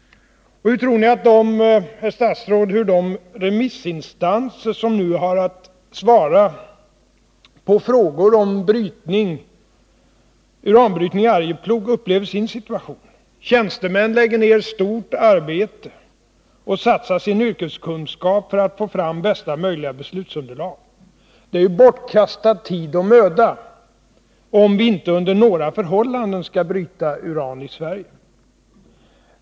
Och hur tror ni, herr statsråd, att de remissinstanser som nu har att svara på frågor om uranbrytning i Arjeplog upplever sin situation? Tjänstemän lägger ner stor möda och satsar sin yrkeskunskap för att få fram bästa möjliga beslutsunderlag. Det är ju bortkastad tid och möda, om vi inte under några förhållanden skall bryta uran i Sverige.